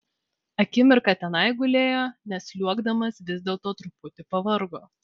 akimirką tenai gulėjo nes sliuogdamas vis dėlto truputį pavargo